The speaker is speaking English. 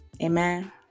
Amen